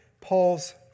Paul's